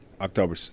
October